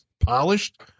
polished